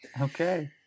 Okay